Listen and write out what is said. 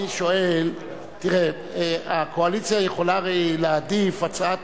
אני שואל: הרי הקואליציה יכולה להעדיף הצעת